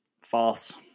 false